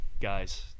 guys